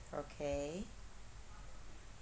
okay